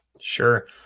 Sure